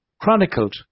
chronicled